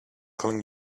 calling